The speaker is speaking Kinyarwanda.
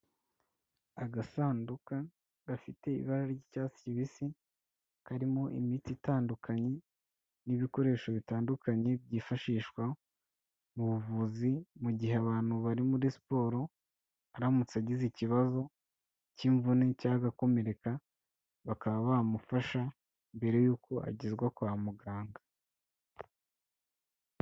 Agasanduka gafite ibara ry'icyatsi kibisi, karimo imiti itandukanye n'ibikoresho bitandukanye byifashishwa mu buvuzi mu gihe abantu bari muri siporo, aramutse agize ikibazo cy'imvune cyangwa agakomereka, bakaba bamufasha mbere yuko agezwa kwa muganga.